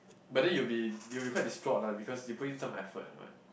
but then you'll be you'll be quite distraught lah because you put in some effort and what